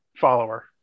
Follower